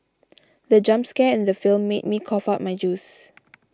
the jump scare in the film made me cough out my juice